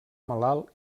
malalt